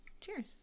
cheers